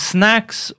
Snacks